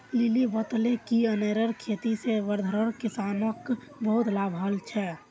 lily बताले कि अनारेर खेती से वर्धार किसानोंक बहुत लाभ हल छे